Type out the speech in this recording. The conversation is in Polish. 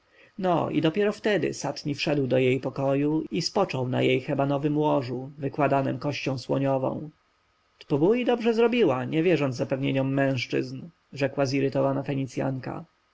no i dopiero wtedy satni wszedł do jej pokoju i spoczął na jej hebanowem łożu wykładanem kością słoniową tbubui dobrze robiła nie wierząc zapewnieniom mężczyzn rzekła zirytowana